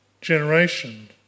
generation